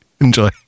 enjoy